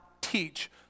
teach